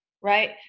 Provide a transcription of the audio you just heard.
right